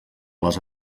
les